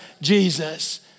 Jesus